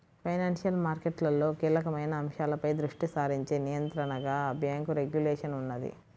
financial మార్కెట్లలో కీలకమైన అంశాలపై దృష్టి సారించే నియంత్రణగా బ్యేంకు రెగ్యులేషన్ ఉన్నది